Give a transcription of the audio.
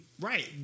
right